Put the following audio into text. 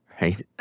right